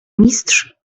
mistrz